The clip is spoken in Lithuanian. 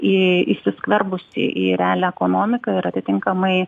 į įsiskverbusi į realią ekonomiką ir atitinkamai